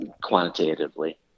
Quantitatively